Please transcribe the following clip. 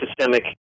systemic